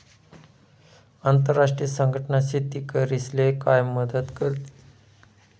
आंतरराष्ट्रीय संघटना शेतकरीस्ले काय मदत करतीस?